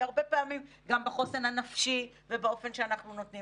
היא הרבה פעמים גם בחוסן הנפשי ובאופן שאנחנו נותנים